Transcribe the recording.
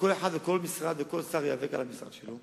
וכל אחד, כל שר וכל משרד ייאבק על המשרד שלו,